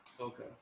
Okay